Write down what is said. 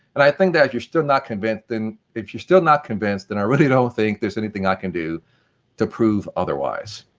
and i think that if you're still not convinced, then if you're still not convinced, then i don't think there's anything i can do to prove otherwise.